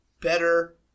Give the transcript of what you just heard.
better